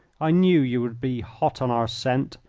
i knew you would be hot on our scent,